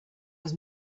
was